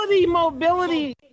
mobility